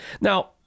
Now